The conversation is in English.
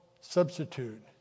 substitute